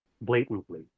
blatantly